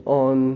on